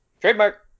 Trademark